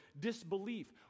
disbelief